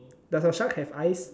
does your shark have eyes